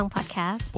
Podcast